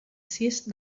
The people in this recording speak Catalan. sis